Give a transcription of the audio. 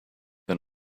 then